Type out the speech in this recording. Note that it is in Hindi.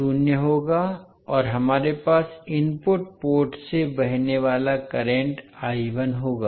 शून्य होगा और हमारे पास इनपुट पोर्ट से बहने वाला करंट होगा